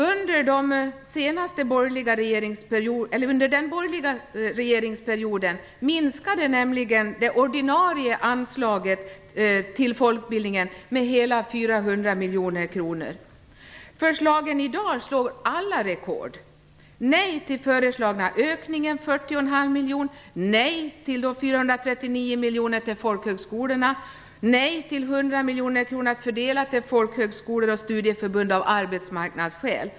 Under den senaste borgerliga regeringsperioden minskade nämligen det ordinarie anslaget till folkbildningen med hela 400 miljoner kronor. Förslagen i dag slår alla rekord: nej till den föreslagna ökningen på 40,5 miljoner, nej till de 439 miljonerna till folkhögskolorna, nej till 100 miljoner kronor att fördela till folkhögskolor och studieförbund av arbetsmarknadsskäl.